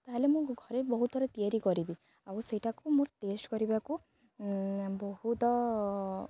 ତା'ହେଲେ ମୁଁ ଘରେ ବହୁତ ଥର ତିଆରି କରିବି ଆଉ ସେଇଟାକୁ ମୋର ଟେଷ୍ଟ୍ କରିବାକୁ ବହୁତ